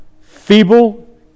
feeble